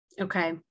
Okay